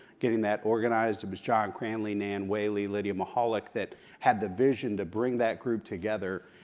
getting that organized. it was john cranley, nan whaley, lydia mihalik that had the vision to bring that group together.